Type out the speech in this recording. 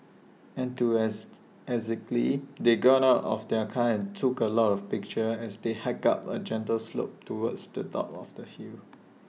they got out of the car and took A lot of pictures as they hiked up A gentle slope towards the top of the hill